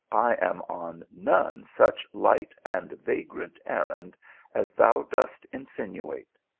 i am on none such light and vagrant errand as thou dost insinuate.